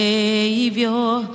Savior